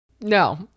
No